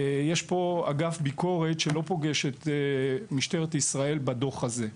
יש פה אגף ביקורת שלא פוגש את משטרת ישראל רק בדוח הזה.